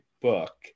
book